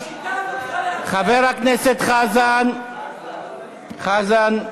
חבר הכנסת חזן, חזן.